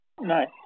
Nice